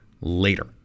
later